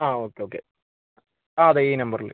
ആ okay okay ആ അതെ ഈ നമ്പറിൽ